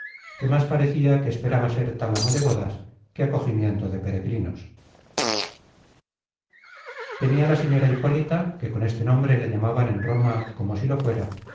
que más parecia que esperaba ser tálamo de bodas que acogimiento de peregrinos tenia la señora hipólita que con este nombre la llamaban en roma como si lo fuera